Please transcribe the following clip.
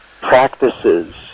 practices